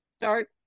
start